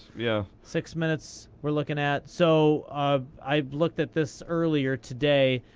yeah six minutes we're looking at. so um i've looked at this earlier today,